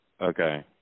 okay